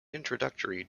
introductory